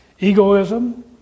egoism